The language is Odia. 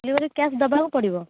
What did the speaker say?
ଡେଲିଭେରୀ କ୍ୟାସ ଦେବାକୁ ପଡିବ